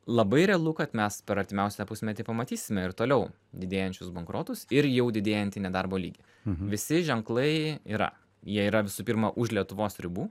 labai realu kad mes per artimiausią pusmetį pamatysime ir toliau didėjančius bankrotus ir jau didėjantį nedarbo lygį visi ženklai yra jie yra visų pirma už lietuvos ribų